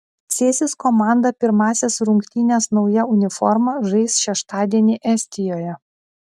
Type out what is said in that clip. cėsis komanda pirmąsias rungtynes nauja uniforma žais šeštadienį estijoje